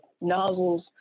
nozzles